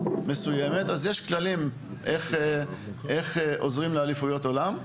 יש כללים לגבי איך עוזרים לאליפויות עולם,